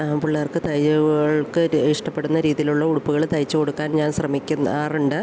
പിള്ളേർക്ക് തയ്യലുകൾക്ക് ഇഷ്ടപ്പെടുന്ന രീതിയിലുള്ള ഉടുപ്പുകൾ തയ്ച്ചു കൊടുക്കാൻ ഞാൻ ശ്രമിക്കാറുണ്ട്